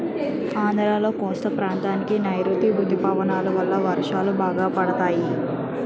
ఆంధ్రాలో కోస్తా ప్రాంతానికి నైరుతీ ఋతుపవనాలు వలన వర్షాలు బాగా పడతాయి